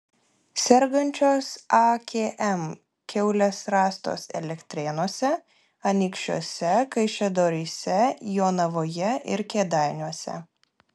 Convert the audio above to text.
sergančios akm kiaulės rastos elektrėnuose anykščiuose kaišiadoryse jonavoje ir kėdainiuose